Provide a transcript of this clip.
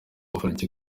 iburanisha